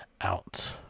out